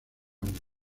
misma